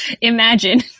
imagine